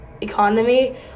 economy